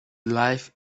life